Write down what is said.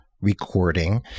recording